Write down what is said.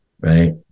right